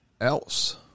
else